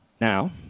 Now